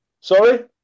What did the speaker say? Sorry